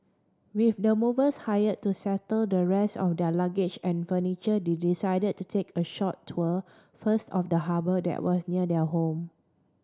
with the movers hired to settle the rest of their luggage and furniture they decided to take a short tour first of the harbour that was near their home